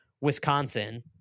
Wisconsin